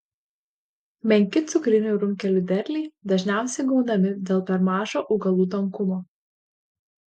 menki cukrinių runkelių derliai dažniausiai gaunami dėl per mažo augalų tankumo